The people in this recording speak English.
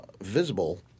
visible